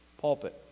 pulpit